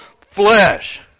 flesh